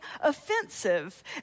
offensive